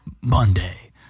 Monday